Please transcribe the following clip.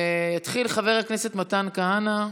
יתחיל חבר הכנסת שלמה קרעי.